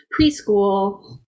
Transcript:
preschool